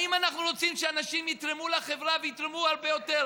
האם אנחנו רוצים שאנשים יתרמו לחברה ויתרמו הרבה יותר?